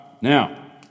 now